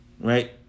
Right